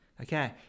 Okay